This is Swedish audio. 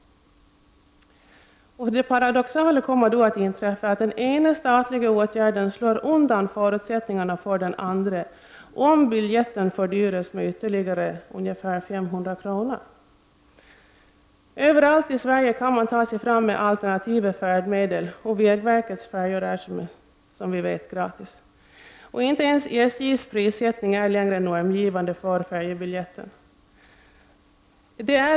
Det paradoxala kommer då att inträffa att den ena statliga åtgärden slår undan förutsättningarna för den andra, om biljetten fördyras med ytterligare 500 kr. Överallt i Sverige kan man annars ta sig fram med alternativa färdmedel, och vägverkets färjor är som bekant gratis. Inte ens SJs prissättning är längre normgivande för färjebiljetten.